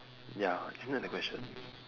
ya isn't that the question